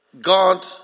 God